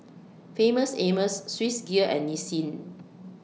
Famous Amos Swissgear and Nissin